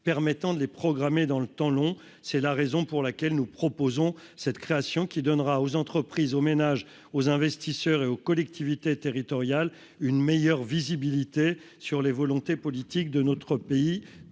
permettant de les programmer dans le temps long, c'est la raison pour laquelle nous proposons cette création qui donnera aux entreprises, aux ménages, aux investisseurs et aux collectivités territoriales une meilleure visibilité sur les volontés politiques de notre pays